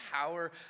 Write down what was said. power